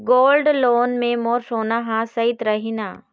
Gold loan मे मोर सोना हा सइत रही न?